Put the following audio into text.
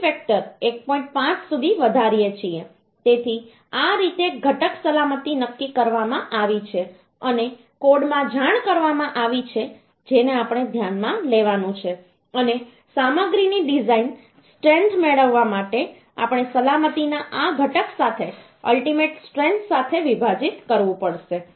5 સુધી વધારીએ છીએ તેથી આ રીતે ઘટક સલામતી નક્કી કરવામાં આવી છે અને કોડમાં જાણ કરવામાં આવી છે જેને આપણે ધ્યાનમાં લેવાનું છે અને સામગ્રીની ડિઝાઇન સ્ટ્રેન્થ મેળવવા માટે આપણે સલામતીના આ ઘટક સાથે અલ્ટીમેટ સ્ટ્રેન્થ સાથે વિભાજિત કરવું પડશે